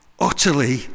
Utterly